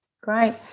Great